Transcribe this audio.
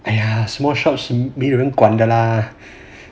!aiya! small shops 没人管的 lah